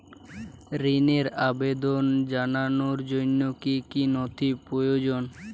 ঋনের আবেদন জানানোর জন্য কী কী নথি প্রয়োজন?